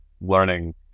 learning